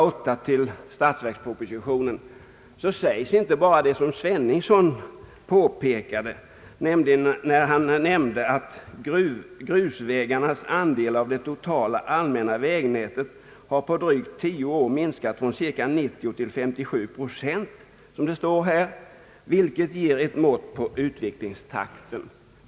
8 till statsverkspropositionen inte bara står det som herr Sveningsson citerade, nämligen att grusvägarnas andel av det totala allmänna vägnätet på drygt tio år har minskat från cirka 90 till 57 procent, vilket ger ett mått på utvecklingstakten.